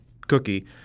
cookie